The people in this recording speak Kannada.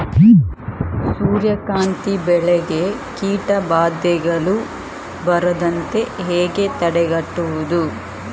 ಸೂರ್ಯಕಾಂತಿ ಬೆಳೆಗೆ ಕೀಟಬಾಧೆಗಳು ಬಾರದಂತೆ ಹೇಗೆ ತಡೆಗಟ್ಟುವುದು?